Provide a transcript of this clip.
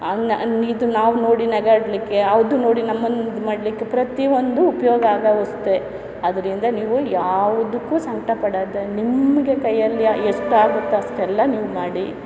ಇದು ನಾವು ನೋಡಿ ನಗಾಡ್ಲಿಕ್ಕೆ ಅದು ನೋಡಿ ನಮ್ಮನ್ನ ಮುದ್ದು ಮಾಡಲಿಕ್ಕೆ ಪ್ರತಿಯೊಂದು ಉಪಯೋಗ ಆಗುವಷ್ಟೆ ಅದರಿಂದ ನೀವು ಯಾವುದಕ್ಕೂ ಸಂಕಟ ಪಡೋದೆ ನಿಮಗೆ ಕೈಯ್ಯಲ್ಲಿ ಎಷ್ಟು ಆಗುತ್ತೋ ಅಷ್ಟೆಲ್ಲ ನೀವು ಮಾಡಿ